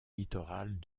littorales